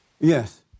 Yes